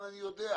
אני יודע.